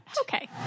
Okay